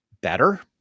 better